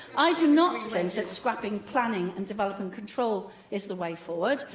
i do not think that scrapping planning and development control is the way forward.